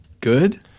Good